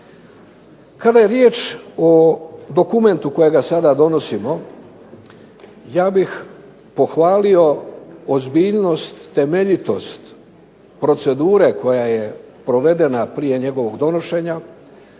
Kada je riječ o dokumentu kojega sada donosimo ja bih pohvalio ozbiljnost, temeljitost procedure koja je provedena prije njegovog donošenja.